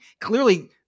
Clearly